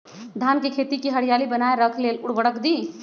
धान के खेती की हरियाली बनाय रख लेल उवर्रक दी?